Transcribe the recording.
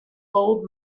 old